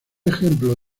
ejemplo